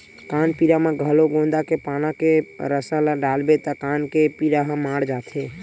कान पीरा म घलो गोंदा के पाना के रसा ल डालबे त कान के पीरा ह माड़ जाथे